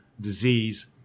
disease